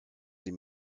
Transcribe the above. sie